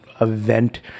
event